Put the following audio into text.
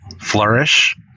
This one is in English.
flourish